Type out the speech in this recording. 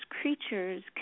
creatures